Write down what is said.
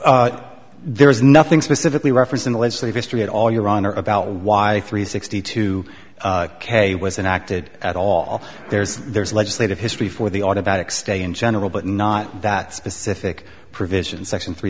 time there is nothing specifically referenced in the legislative history at all your honor about why three sixty two k was enacted at all there's there's legislative history for the automatic stay in general but not that specific provision section three